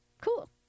Cool